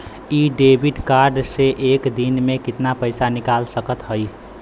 इ debit card से एक दिन मे कितना पैसा निकाल सकत हई?